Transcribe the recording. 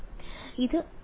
ഇത് r അല്ലെങ്കിൽ r′